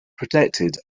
protected